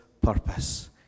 purpose